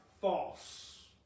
false